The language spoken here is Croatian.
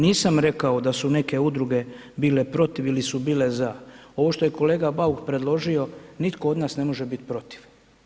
Nisam rekao da su neke udruge bile protiv ili su bile za, ovo što je kolega Bauk predložio, nitko od nas ne može bit protiv.